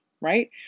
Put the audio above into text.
right